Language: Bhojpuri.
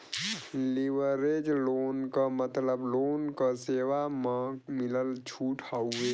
लिवरेज लोन क मतलब लोन क सेवा म मिलल छूट हउवे